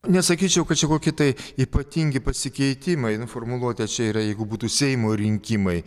nesakyčiau kad čia kokie tai ypatingi pasikeitimai nu formuluotė čia yra jeigu būtų seimo rinkimai